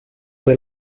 fue